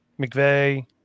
McVeigh